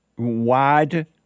Wide